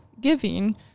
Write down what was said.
giving